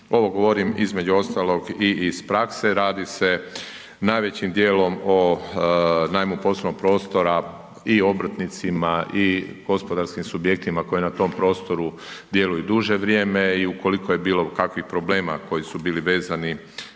Ovo govorim između ostalog i iz prakse, redi se najvećim dijelom o najmu poslovnog prostora i obrtnicima i gospodarskim subjektima koji na tom prostoru djeluju duže vrijeme. I ukoliko je bilo kakvih problema koji su bili vezani